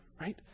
Right